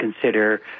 consider